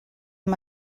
amb